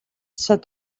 said